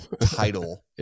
title